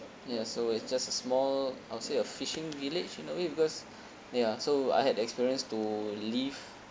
ya so it's just a small I would say a fishing village in a way because ya so I had the experienced to leave